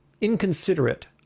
inconsiderate